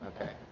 okay